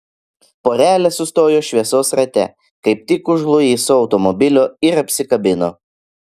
porelė sustojo šviesos rate kaip tik už luiso automobilio ir apsikabino